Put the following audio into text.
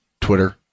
Twitter